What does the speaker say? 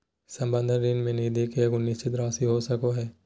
संबंध ऋण में निधि के एगो निश्चित राशि हो सको हइ